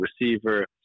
receiver